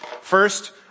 First